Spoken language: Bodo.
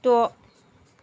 द'